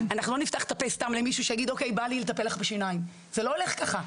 שירצה סתם לטפל לנו בשיניים, זה לא הולך ככה.